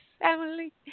family